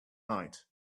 night